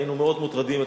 היינו מאוד מוטרדים.